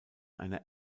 einer